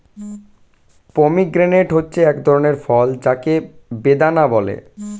pomegranate হচ্ছে এক ধরনের ফল যাকে বেদানা বলে